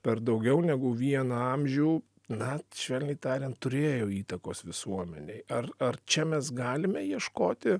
per daugiau negu vieną amžių na švelniai tariant turėjo įtakos visuomenei ar ar čia mes galime ieškoti